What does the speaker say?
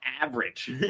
average